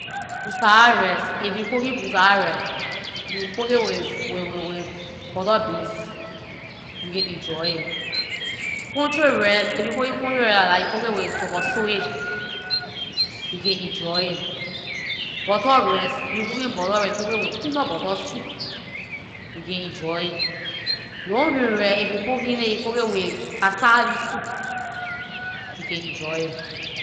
Pussawor rice, if you cooking pussawor rice, you cook it with butter beans, you can enjoy it. Country rice! If you cooking country rice like that, you cook with tuborsoye, you can enjoy it. Butter rice, if you cooking butter rice, you cook with peanut butter soup, you can enjoy it. Long grain rice! If you cooking it, you cook with cassava leaf soup, you can enjoy it.